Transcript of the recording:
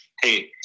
hey